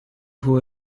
who